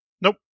Nope